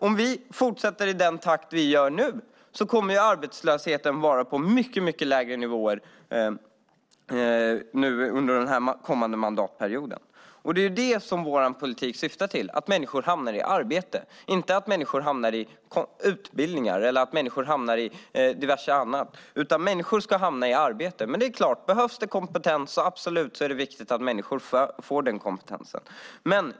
Om vi fortsätter i den takt vi gör nu kommer arbetslösheten att vara på mycket lägre nivåer under mandatperioden. Vår politik syftar till att få människor i arbete, inte att människor fastnar i utbildningar eller hamnar i diverse annat, utan människor ska komma i arbete. Behövs det kompetens är det viktigt, absolut, att människor får den kompetensen.